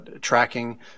tracking